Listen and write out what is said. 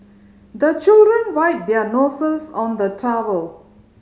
the children wipe their noses on the towel